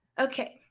Okay